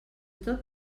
tot